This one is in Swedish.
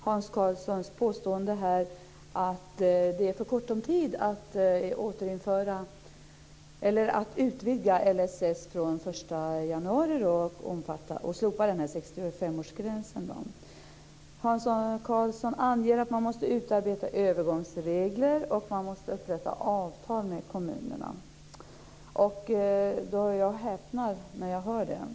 Fru talman! Jag begärde replik med anledning av Hans Karlssons påstående här att det är för kort om tid att utvidga LSS från den 1 januari och slopa 65 årsgränsen. Hans Karlsson anger att man måste utarbeta övergångsregler och att man måste upprätta avtal med kommunerna. Jag häpnar när jag hör det!